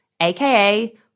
aka